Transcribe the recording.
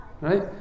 right